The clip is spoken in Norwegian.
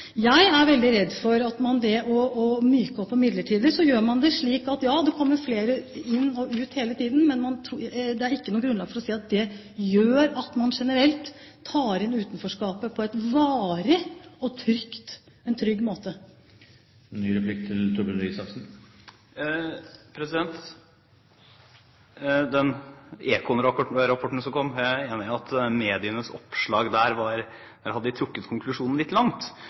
slik at flere kommer inn og ut hele tiden, men det er ikke noe grunnlag for å si at det gjør at man generelt tar inn utenforskapet på en varig og trygg måte. Når det gjelder Econ-rapporten som kom, er jeg enig i at man i medienes oppslag om den hadde trukket konklusjonen litt langt.